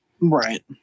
Right